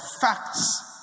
facts